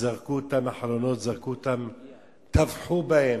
זרקו אותם מהחלונות, טבחו בהם.